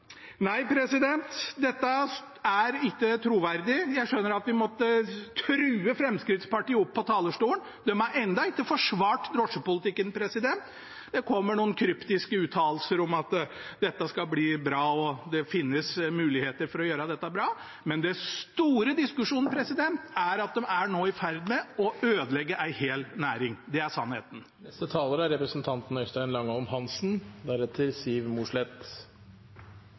Nei, dette er ikke troverdig. Jeg skjønner at vi måtte true Fremskrittspartiet opp på talerstolen. De har ennå ikke forsvart drosjepolitikken. Det kommer noen kryptiske uttalelser om at dette skal bli bra, og at det finnes muligheter for å gjøre dette bra, men den store diskusjonen handler om at de nå er i ferd med å ødelegge en hel næring. Det er sannheten.